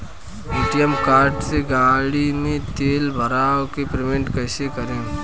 ATM card से गाड़ी मे तेल भरवा के पेमेंट कैसे करेम?